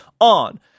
on